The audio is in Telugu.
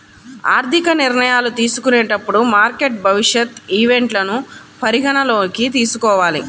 ఆర్థిక నిర్ణయాలు తీసుకునేటప్పుడు మార్కెట్ భవిష్యత్ ఈవెంట్లను పరిగణనలోకి తీసుకోవాలి